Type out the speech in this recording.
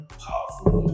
powerful